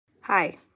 Hi